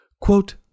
Quote